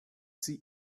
sie